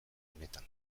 honetan